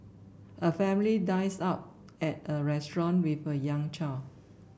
a family dines out at a restaurant with a young child